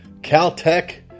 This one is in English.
Caltech